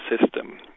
system